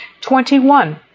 Twenty-one